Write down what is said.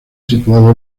situados